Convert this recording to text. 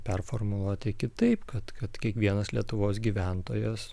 performuluoti kitaip kad kad kiekvienas lietuvos gyventojas